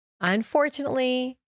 Unfortunately